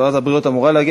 שרת הבריאות אמורה להגיע,